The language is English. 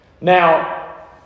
Now